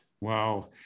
Wow